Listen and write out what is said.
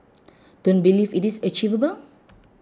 don't believe it is achievable